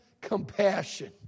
compassion